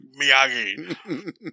Miyagi